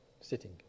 sitting